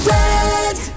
red